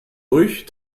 durch